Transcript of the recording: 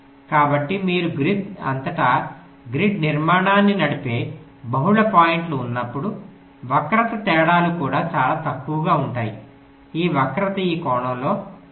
కాబట్టి మీరు గ్రిడ్ అంతటా గ్రిడ్ నిర్మాణాన్ని నడిపే బహుళ పాయింట్లు ఉన్నప్పుడు వక్రత తేడాలు కూడా చాలా తక్కువగా ఉంటాయి ఈ వక్రత ఆ కోణంలో మంచిది